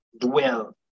dwell